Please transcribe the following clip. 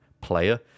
player